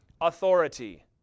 authority